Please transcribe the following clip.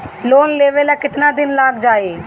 Loan लेबे ला कितना दिन लाग जाई?